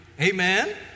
Amen